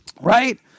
right